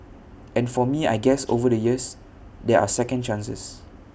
and for me I guess over the years there are second chances